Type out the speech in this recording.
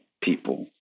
people